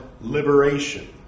liberation